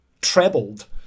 trebled